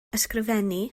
ysgrifennu